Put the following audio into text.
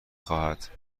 خواهد